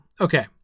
okay